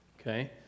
Okay